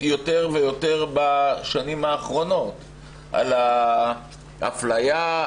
יותר ויותר בשנים האחרונות לגבי האפליה,